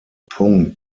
punkt